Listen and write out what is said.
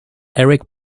eric